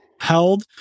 held